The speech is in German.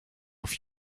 auf